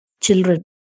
children